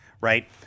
right